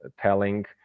telling